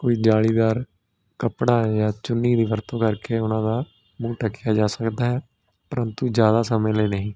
ਕੋਈ ਜਾਲੀਦਾਰ ਕੱਪੜਾ ਜਾਂ ਚੁੰਨੀ ਦੀ ਵਰਤੋਂ ਕਰਕੇ ਉਹਨਾਂ ਦਾ ਮੂੰਹ ਢੱਕਿਆ ਜਾ ਸਕਦਾ ਹੈ ਪਰੰਤੂ ਜ਼ਿਆਦਾ ਸਮੇਂ ਲਈ ਨਹੀਂ